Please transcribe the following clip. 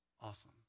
Awesome